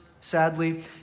sadly